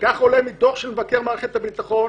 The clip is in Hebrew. כך עורך מדוח של מבקר מערכת הביטחון